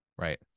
right